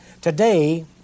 Today